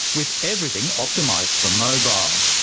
with everything optimised for mobile.